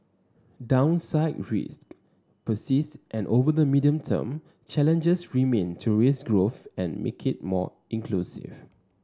downside risk persists and over the medium term challenges remain to raise growth and make it more inclusive